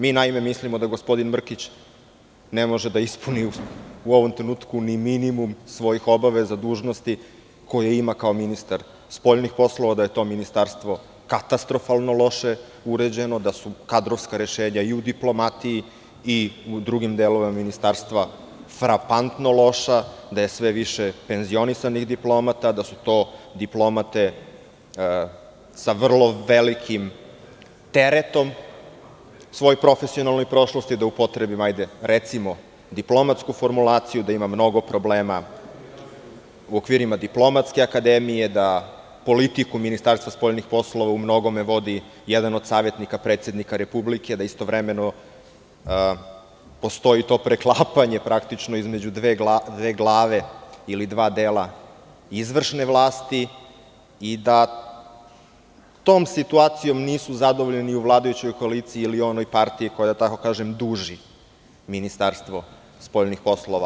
Mi naime, mislimo dagospodin Mrkić ne može da ispuni u ovom trenutku ni minimum svojih obaveza, dužnosti koje ima kao ministar spoljnih poslova, da je to ministarstvo katastrofalno loše uređeno, da su kadrovska rešenja i u diplomatiji i u drugim delovima Ministarstva frapantno loša, da je sve više penzionisanih diplomata, da su to diplomate sa vrlo velikim teretom, svojoj profesionalnoj prošlosti da upotrebim recimo, diplomatsku formulacija, da ima mnogo problema u okviru diplomatske akademije, da politiku Ministarstva spoljnih poslova u mnogome vodi jedan od savetnika predsednika Republike, da istovremeno postoji to preklapanje praktično između dve glave, ili dva dela izvršne vlasti i da tom situacijom nisu zadovoljni ni u vladajućoj koaliciji ili onoj partiji, koja da tako kažem duži Ministarstvo spoljnih poslova.